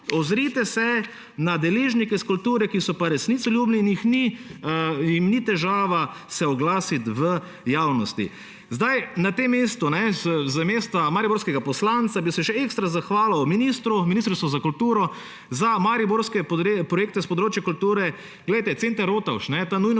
ozrite se na deležnike iz kulture, ki so resnicoljubni in se jim ni težava oglasiti v javnosti. Na tem mestu, z mesta mariborskega poslanca, bi se še ekstra zahvalil ministru in Ministrstvu za kulturo za mariborske projekte s področja kulture. Center Rotovž, ta nujno